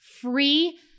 free